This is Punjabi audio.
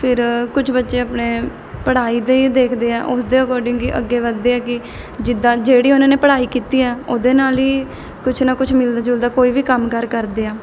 ਫਿਰ ਕੁਛ ਬੱਚੇ ਆਪਣੇ ਪੜ੍ਹਾਈ ਦੇ ਹੀ ਦੇਖਦੇ ਆ ਉਸ ਦੇ ਅਕੋਡਿੰਗ ਹੀ ਅੱਗੇ ਵਧਦੇ ਆ ਕਿ ਜਿੱਦਾਂ ਜਿਹੜੀ ਉਹਨਾਂ ਨੇ ਪੜ੍ਹਾਈ ਕੀਤੀ ਆ ਉਹਦੇ ਨਾਲ ਹੀ ਕੁਛ ਨਾ ਕੁਛ ਮਿਲਦਾ ਜੁਲਦਾ ਕੋਈ ਵੀ ਕੰਮ ਕਾਰ ਕਰਦੇ ਆ